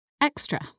Extra